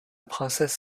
princesse